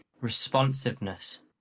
responsiveness